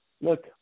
look